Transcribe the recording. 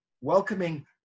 welcoming